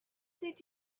did